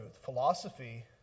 Philosophy